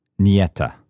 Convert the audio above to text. Nieta